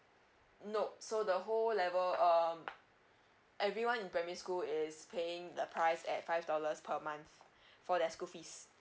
nope so the whole level um everyone in primary school is paying the price at five dollars per month for their school fees